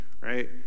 Right